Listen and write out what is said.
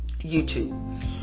YouTube